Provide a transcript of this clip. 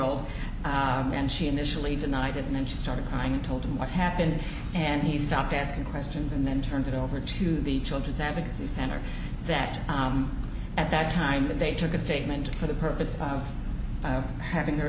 old and she initially denied it and then she started crying and told him what happened and he stopped asking questions and then turned it over to the children's advocacy center that at that time that they took a statement for the purpose of having her